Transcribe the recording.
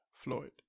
Floyd